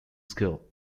school